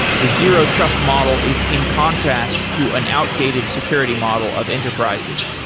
the zero trust model is in contrast to an outdated security model of enterprises,